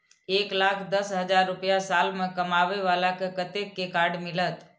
एक लाख दस हजार रुपया साल में कमाबै बाला के कतेक के कार्ड मिलत?